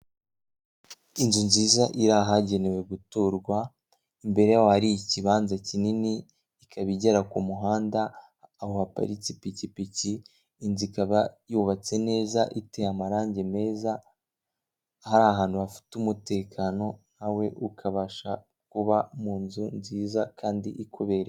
Inzu nziza iri ahagenewe guturwa imbere hari ikibanza kinini ikaba igera k'umuhanda aho haparitse ipikipiki, inzu ikaba yubatse neza ite amarangi meza ari ahantu hafite umutekano nawe ukabasha kuba mu nzu nziza kandi ikubereye.